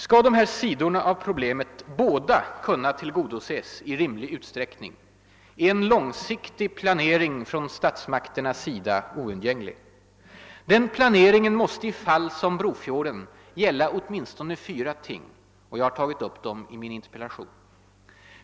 Skall dessa sidor av problemet båda kunna tillgodoses i rimlig utsträckning, är en långsiktig planering från statsmakternas sida oundgänglig. Den planeringen måste i ett fall som Brofjorden gälla åtminstone fyra ting; jag har tagit upp dem i min interpellation.